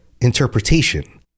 interpretation